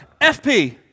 FP